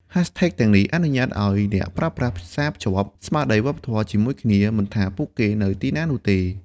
ហាស់ថេកទាំងនេះអនុញ្ញាតឱ្យអ្នកប្រើប្រាស់ផ្សាភ្ជាប់ស្មារតីវប្បធម៌ជាមួយគ្នា មិនថាពួកគេនៅទីណានោះទេ។